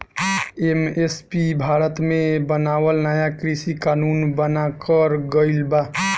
MSP Bharat मे बनावल नाया कृषि कानून बनाकर गइल बा